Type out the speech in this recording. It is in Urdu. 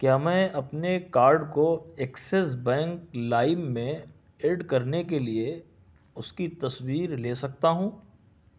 کیا میں اپنے کارڈ کو اکسیس بینک لائم میں ایڈ کرنے کے لیے اس کی تصویر لے سکتا ہوں